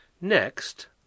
Next